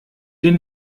den